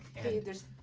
hey, there's.